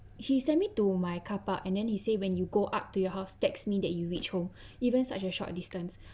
he sent me to my car park and then he say when you go up to your house text me that you reach home even such a short distance